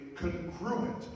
congruent